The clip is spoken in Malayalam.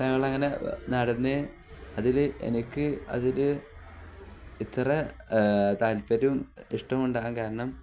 അപ്പോള് ഞങ്ങളങ്ങനെ നടന്ന് അതില് എനിക്ക് അതില് ഇത്ര താല്പര്യവും ഇഷ്ടവും ഉണ്ടാകാൻ കാരണം